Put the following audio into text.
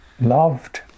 loved